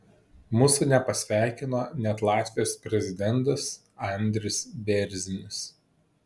mūsų nepasveikino net latvijos prezidentas andris bėrzinis